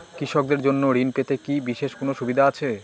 কৃষকদের জন্য ঋণ পেতে কি বিশেষ কোনো সুবিধা আছে?